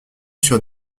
sur